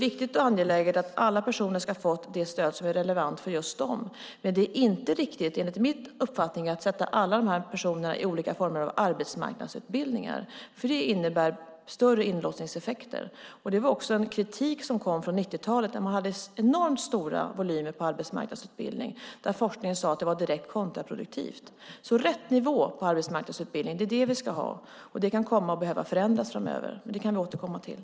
Det är angeläget att alla personer ska ha fått det stöd som är relevant för just dem. Men det är inte riktigt enligt min uppfattning att sätta alla de här personerna i olika former av arbetsmarknadsutbildningar. Det innebär större inlåsningseffekter. Det var också en kritik mot åtgärderna på 90-talet då man hade enormt stora volymer på arbetsmarknadsutbildning. Forskningen sade att det var direkt kontraproduktivt. Rätt nivå på arbetsmarknadsutbildning är vad vi ska ha. Det kan komma att behöva förändras framöver, och det kan vi återkomma till.